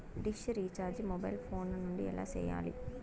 dish recharge mobile phone నుండి ఎలా సేయాలి